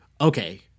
Okay